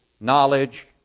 knowledge